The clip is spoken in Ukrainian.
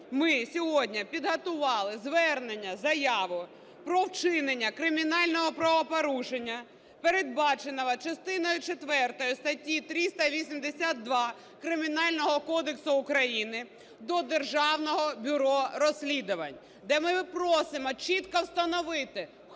ми сьогодні підготували звернення, заяву про вчинення кримінального правопорушення, передбаченого частиною четвертою статті 382 Кримінального кодексу України, до Державного бюро розслідувань, де ми просимо чітко встановити,